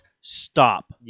stop